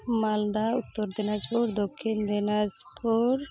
Malda Uttar Dinajpur Dakshin Dinajpur